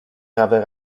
prawe